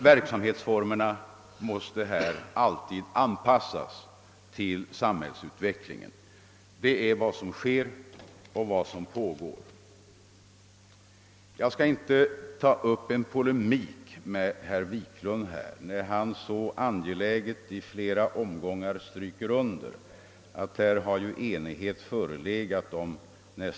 Verksamhetsformerna måste också alltid anpassas till samhällsutvecklingen, och en sådan strävan pågår också. Jag skall inte ta upp någon polemik med herr Wiklund, som flera gånger varit angelägen om att understryka att enighet förelegat om nästan allt på detta område.